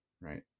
right